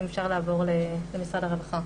אם אפשר לעבור למשרד הרווחה.